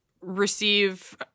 receive